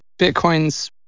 Bitcoin's